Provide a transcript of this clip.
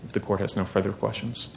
the court has no further questions